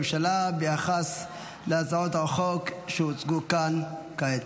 את עמדת הממשלה ביחס להצעות החוק שהוצגו כאן כעת.